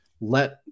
let